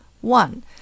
one